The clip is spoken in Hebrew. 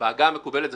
בעגה המקובלת זה